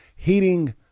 Heating